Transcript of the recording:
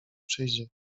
przyjdzie